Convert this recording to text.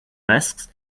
masks